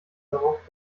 darauf